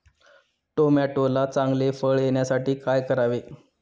टोमॅटोला चांगले फळ येण्यासाठी काय करावे?